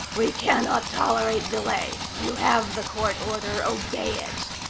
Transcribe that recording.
we cannot tolerate delay. you have the court order. obey it.